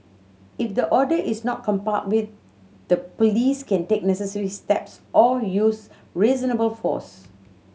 if the order is not complied with the Police can take necessary steps or use reasonable force